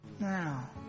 now